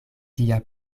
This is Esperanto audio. tia